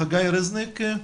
חגי רזניק.